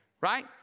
Right